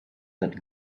that